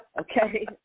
okay